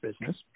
business